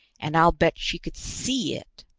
and i'll bet she could see it.